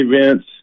events